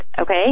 okay